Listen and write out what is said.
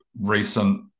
recent